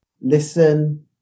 listen